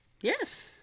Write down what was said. Yes